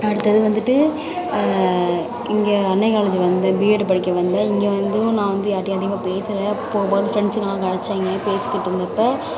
அடுத்தது வந்துட்டு இங்கே அன்னை காலேஜ் வந்தேன் பிஎட் படிக்க வந்தேன் இங்கே வந்தும் நான் வந்து யார்கிட்டையும் அதிகமாக பேசலை எப்போப்பாரு ஃப்ரெண்ட்ஸ்ஸுங்களாம் கலாய்ச்சாங்க பேசிக்கிட்டு இருந்தப்போ